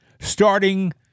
starting